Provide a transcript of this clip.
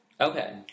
Okay